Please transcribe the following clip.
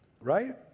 Right